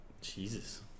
Jesus